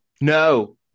No